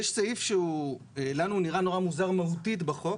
יש סעיף שלנו נראה נורא מוזר מהותית בחוק